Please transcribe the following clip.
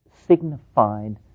signified